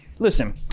Listen